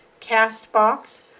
Castbox